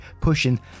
pushing